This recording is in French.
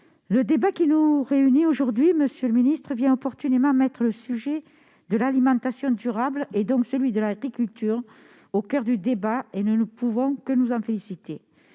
Le débat qui nous réunit aujourd'hui, monsieur le ministre, vient opportunément mettre le sujet de l'alimentation durable, et donc celui de l'agriculture, au coeur de nos discussions. Nous ne pouvons que nous en féliciter.